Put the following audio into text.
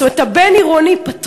זאת אומרת את הבין-עירוני פתרו,